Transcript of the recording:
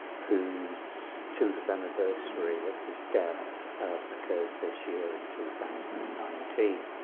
whose two hundredth anniversary of his death occurs this year in two thousand and nineteen.